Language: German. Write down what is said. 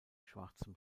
schwarzem